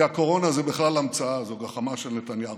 כי הקורונה זו בכלל המצאה, זו גחמה של נתניהו.